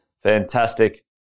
Fantastic